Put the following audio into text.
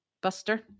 Buster